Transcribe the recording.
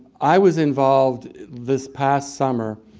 i was involved this past summer